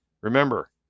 Remember